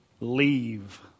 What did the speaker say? leave